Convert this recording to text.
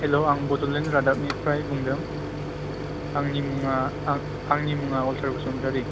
hello आं बड'लेण्ड रादाबनिफ्राय बुंदों आंनि मुङा आं आंनि मुङा अलटार बसुमतारि